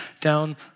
down